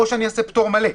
או שאני אעשה פטור מלא.